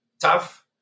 tough